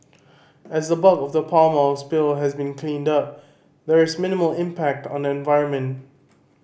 as the bulk of the palm oil spill has been cleaned up there is minimal impact on the environment